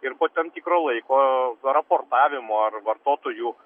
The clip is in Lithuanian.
ir po tam tikro laiko raportavimo ar vartotojų